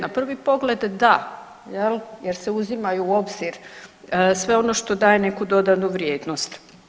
Na prvi pogled da jel jer se uzimaju u obzir sve ono što daje neku dodanu vrijednost.